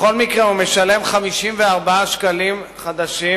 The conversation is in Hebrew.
בכל מקרה הוא משלם 54 שקלים חדשים